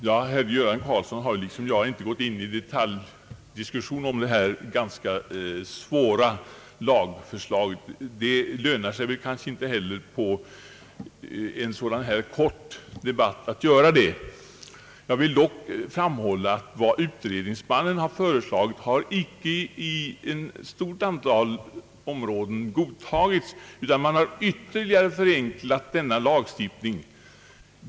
Herr talman! Herr Göran Karlsson har liksom jag inte gått in i någon detaljdiskussion om detta ganska svåra lagförslag. Det lönar sig kanske inte heller under en sådan här kort debatt. Jag vill dock framhålla att utredningsmannens förslag inom ett stort antal områden icke har godtagits, utan man har ytterligare velat utarma denna lagstiftning.